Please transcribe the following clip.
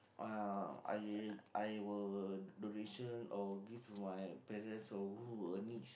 uh I really I will donation or give my parents or who a niece